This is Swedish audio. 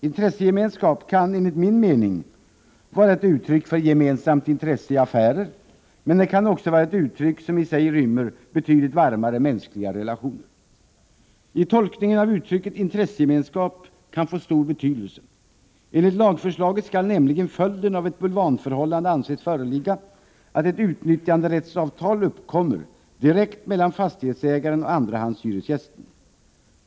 Intressegemenskap kan enligt min mening vara ett uttryck för gemensamt intresse i affärer, men det kan också vara ett uttryck som i sig rymmer betydligt varmare mänskliga relationer. Tolkningen av uttrycket ”intressegemenskap” kan få stor betydelse. Enligt lagförslaget skall nämligen följden av att ett bulvanförhållande anses föreligga vara att ett nyttjanderättsavtal uppkommer direkt mellan fastighetsägaren och andrahandshyresgästen.